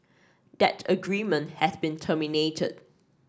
that agreement has been terminated